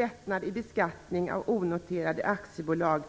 1997.